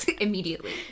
Immediately